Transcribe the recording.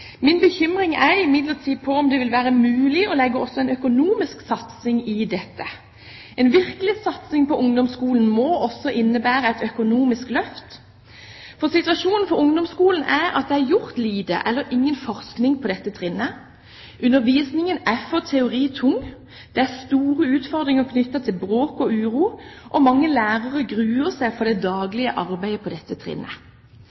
Min bekymring er imidlertid om det vil være mulig å satse også økonomisk på dette. En virkelig satsing på ungdomsskolen må også innebære et økonomisk løft. Situasjonen for ungdomsskolen er at det har vært drevet lite eller ingen forskning på dette trinnet. Undervisningen er for teoritung, det er store utfordringer knyttet til bråk og uro, og mange lærere gruer seg for det